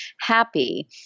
happy